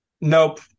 nope